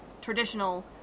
traditional